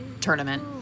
tournament